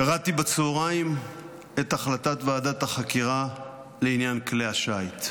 קראתי בצוהריים את החלטת ועדת החקירה לעניין כלי השיט.